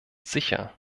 sicher